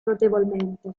notevolmente